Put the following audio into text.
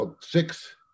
six